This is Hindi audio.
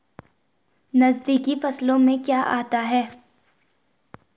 नकदी फसलों में क्या आता है?